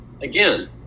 again